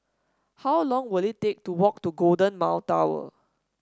how long will it take to walk to Golden Mile Tower